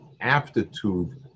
aptitude